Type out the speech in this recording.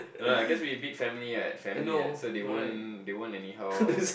you know cause it's big family what family what so they won't they won't any host